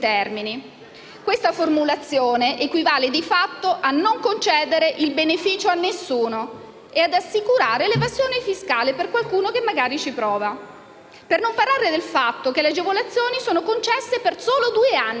Questa formulazione equivale, di fatto, a non concedere il beneficio a nessuno e ad assicurare l'evasione fiscale per qualcuno che magari ci prova. Per non parlare del fatto che le agevolazioni sono concesse per soli due anni,